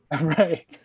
Right